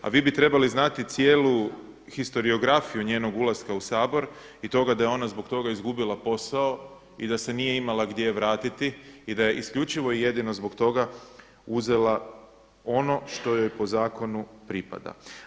A vi bi trebali znati cijelu historijografiju njenog ulaska u Sabor i toga da je ona zbog toga izgubila posao i da se nije imala gdje vratiti i da je isključivo i jedino zbog toga uzela ono što joj po zakonu pripada.